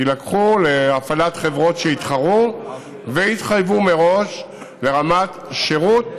להפעלה בידי חברות שיתחרו ויתחייבו מראש לרמת שירות